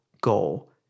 goal